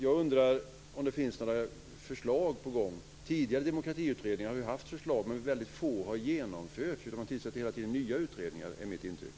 Jag undrar om det är några förslag på gång. Tidigare demokratiutredningar har ju haft förslag, men väldigt få har genomförts. Man tillsätter hela tiden nya utredningar, är mitt intryck.